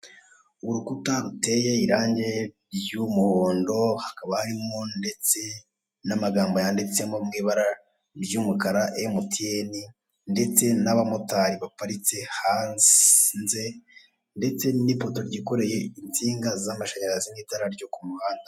Urukuta ruteye irange ry'umuhondo hakaba harimo ndetse n'amagambo yanditsemo mw'ibara ry'umukara MTN, ndetse n'abamotari baparitse hanze ndetse n'ipoto ryikoreye insinga z'amashanyarazi n'itara ryo ku muhanda.